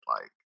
like-